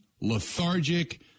lethargic